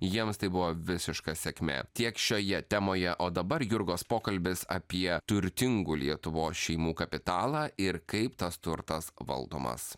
jiems tai buvo visiška sėkmė tiek šioje temoje o dabar jurgos pokalbis apie turtingų lietuvos šeimų kapitalą ir kaip tas turtas valdomas